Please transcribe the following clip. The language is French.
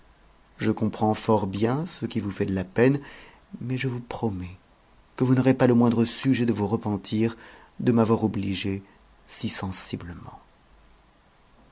je comprends fort bien ce qui vous fait de la peine mais je vous promets que vous n'aurez pas le moindre sujet de vous repentir de m'avoir obligée si sensiblement